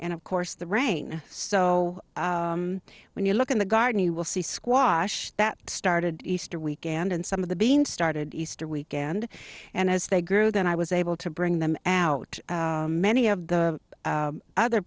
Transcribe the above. and of course the rain so when you look in the garden you will see squash that started easter weekend and some of the being started easter weekend and as they grow then i was able to bring them out many of the other